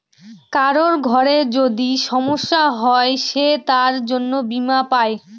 কারোর ঘরে যদি সমস্যা হয় সে তার জন্য বীমা পাই